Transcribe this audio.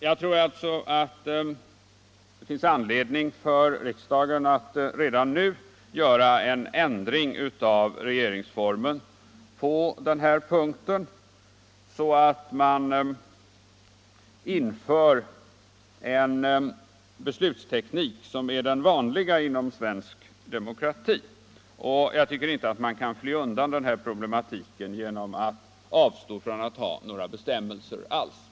Jag tycker alltså att det finns anledning för riksdagen att redan nu göra en ändring av regeringsformen på den här punkten, så att man inför den beslutsteknik som är den vanliga inom svensk demokrati, och jag tycker inte att man kan fly undan denna problematik genom att avstå från att ha några bestämmelser alls.